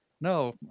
no